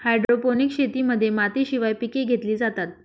hydroponics शेतीमध्ये मातीशिवाय पिके घेतली जातात